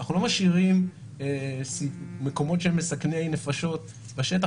אנחנו לא משאירים מקומות שהם מסכני נפשות בשטח,